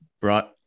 brought